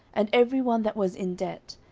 and every one that was in debt,